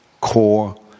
core